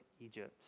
Egypt